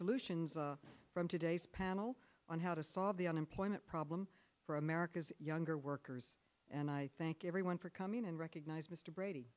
solutions from today's panel on how to solve the unemployment problem for america's younger workers and i thank everyone for coming and recognize mr brady